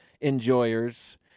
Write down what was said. enjoyers